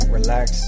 relax